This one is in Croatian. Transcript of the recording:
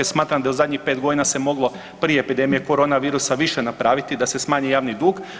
Smatram da u zadnjih pet godina se moglo prije epidemije corona virusa više napraviti da se smanji javni dug.